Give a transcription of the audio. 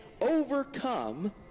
overcome